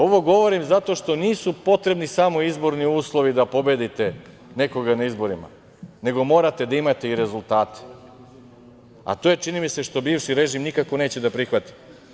Ovo govorim zato što nisu potrebni samo izborni uslovi da pobedite nekoga na izborima, nego morate da imate i rezultate, a to je, čini mi se, što bivši režim nikako neće da prihvati.